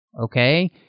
Okay